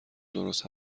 درست